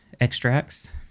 extracts